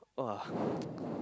!wah!